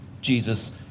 Jesus